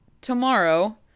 tomorrow